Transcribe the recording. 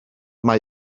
mae